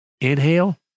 Inhale